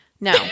No